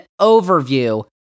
overview